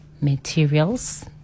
materials